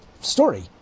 story